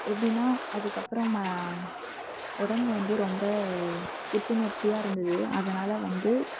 எப்படின்னா அதுக்கப்புறம் உடம்பு வந்து ரொம்ப புத்துணர்ச்சியாக இருந்தது அதனால் வந்து